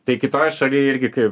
tai kitoj šaly irgi kai